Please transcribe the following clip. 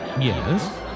Yes